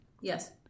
yes